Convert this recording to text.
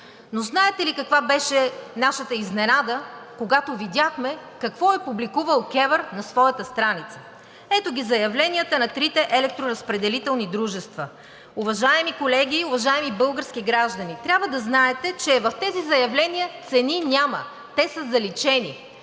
Но знаете ли каква беше нашата изненада, когато видяхме какво е публикувала КЕВР на своята страница? Ето ги заявленията на трите електроразпределителни дружества. Уважаеми колеги, уважаеми български граждани, трябва да знаете, че в тези заявления цени няма, те са заличени.